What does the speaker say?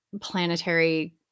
planetary